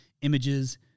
images